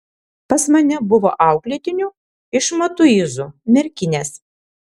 pas mane buvo auklėtinių iš matuizų merkinės